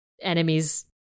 enemies